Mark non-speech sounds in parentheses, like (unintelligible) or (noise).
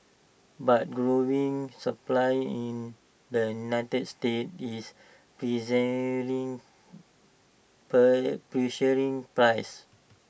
but growing supply in the united states is pressuring (unintelligible) pressuring prices